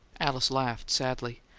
alice laughed sadly.